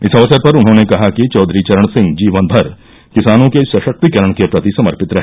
इस अवसर पर उन्होंने कहा कि चौधरी चरण सिंह जीवन भर किसानों के सशक्तीकरण के प्रति समर्पित रहे